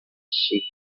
sheets